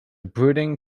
brooding